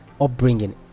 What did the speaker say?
upbringing